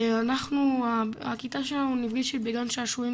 הלכנו הכיתה שלנו נפגשת בגן שעשועים,